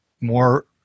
more